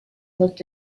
looked